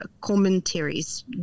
commentaries